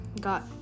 Got